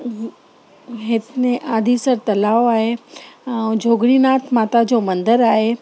हित न आदीसर तलाव आहे ऐं जोगणीनाथ माता जो मंदरु आहे